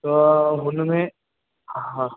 त हुन में हा